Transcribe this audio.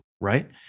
right